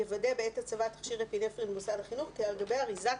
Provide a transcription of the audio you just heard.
יוודא בעת הצבת תכשיר אפינפרין במוסד החינוך כי על גבי אריזת